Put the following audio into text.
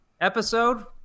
episode